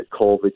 COVID